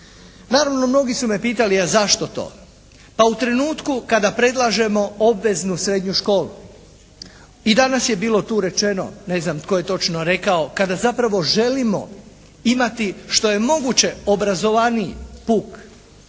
Naravno mnogi su me pitali a zašto to. Pa u trenutku kada predlažemo obveznu srednju školu i danas je tu bilo rečeno, ne znam tko je točno rekao kada zapravo želimo imati što je moguće obrazovaniji puk